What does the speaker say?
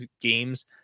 games